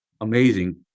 Amazing